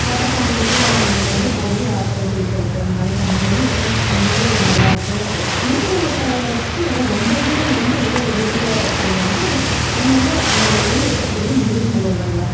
வர சமயத்தில் நம்மளுக்கு வந்து போய் ஆற்றுல குளிக்கிறதுக்கு அந்த மாதிரி பண்ணும் போது ரொம்ப நல்லாயிருக்கும் நீச்சல் பழகுறதுக்கு ரொம்வே வந்து உதவியாக இருக்கிறது வந்து அங்கேங்க அந்தந்த ஊரில் இருக்கக்கூடிய நீர் நிலைகள் தான்